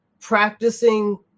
practicing